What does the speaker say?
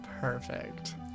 Perfect